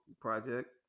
project